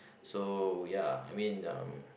so ya I mean uh